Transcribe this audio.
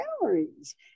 calories